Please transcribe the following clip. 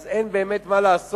אז אין באמת מה לעשות?